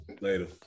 Later